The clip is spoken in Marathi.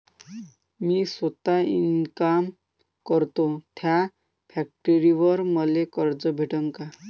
मी सौता इनकाम करतो थ्या फॅक्टरीवर मले कर्ज भेटन का?